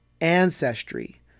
ancestry